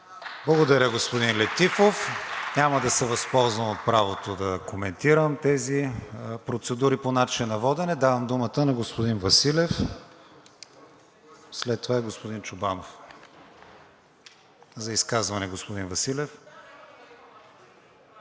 Благодаря, господин Летифов. Няма да се възползвам от правото да коментирам тези процедури по начина на водене. Давам думата на господин Василев, след това е господин Чобанов. АСЕН ВАСИЛЕВ (Продължаваме